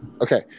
Okay